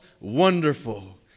wonderful